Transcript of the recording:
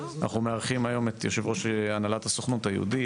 אנחנו מארחים היום את יו"ר הנהלת הסוכנות היהודית,